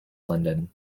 london